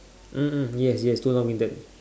mm mm yes yes too long winded